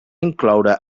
incloure